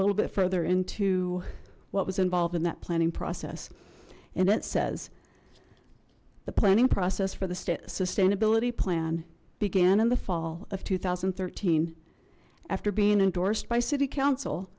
little bit further into what was involved in that planning process and it says the planning process for the state sustainability plan began in the fall of two thousand and thirteen after being endorsed by city council